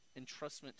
entrustment